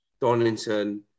Donington